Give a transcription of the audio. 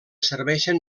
serveixen